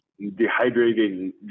dehydrating